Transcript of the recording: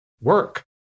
work